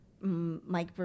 Mike